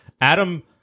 Adam